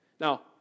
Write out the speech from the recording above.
Now